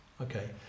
Okay